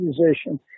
musician